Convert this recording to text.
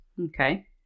Okay